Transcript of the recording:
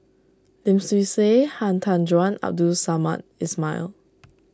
Lim Swee Say Han Tan Juan Abdul Samad Ismail